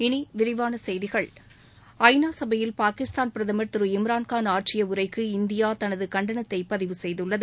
இனி விரிவான செய்திகள் ஐ நா சபையில் பாகிஸ்தான் பிரதமர் திரு இம்ரான்கான் ஆற்றிய உளரக்கு இந்தியா தனது கண்டனத்ததை பதிவு செய்துள்ளது